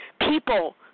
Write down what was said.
People